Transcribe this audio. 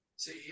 See